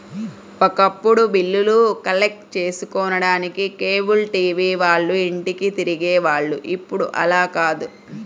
ఒకప్పుడు బిల్లులు కలెక్ట్ చేసుకోడానికి కేబుల్ టీవీ వాళ్ళు ఇంటింటికీ తిరిగే వాళ్ళు ఇప్పుడు అలా కాదు